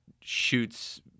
shoots